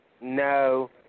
no